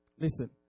Listen